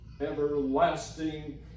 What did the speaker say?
everlasting